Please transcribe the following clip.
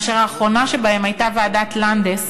והאחרונה שבהם הייתה ועדת לנדס,